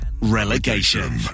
relegation